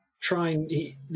trying